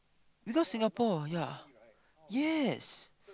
because Singapore ah ya yes